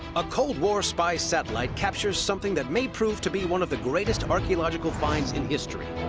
a cold war spy satellite captures something that may prove to be one of the greatest archaeological finds in history.